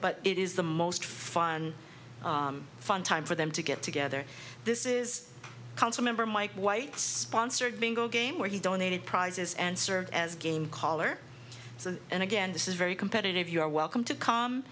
but it is the most fun fun time for them to get together this is council member mike white sponsored bingo game where he donated prizes and serves as game color so and again this is very competitive you are welcome to c